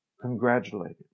congratulated